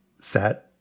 set